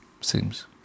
seems